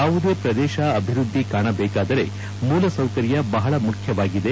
ಯಾವುದೇ ಪ್ರದೇಶ ಅಭಿವೃದ್ಧಿ ಕಾಣಬೇಕಾದರೆ ಮೂಲಸೌಕರ್ಯ ಬಹಳ ಮುಖ್ಯವಾಗಿದೆ